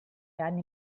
werden